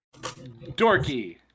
Dorky